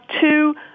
two